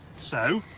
so.